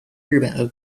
日本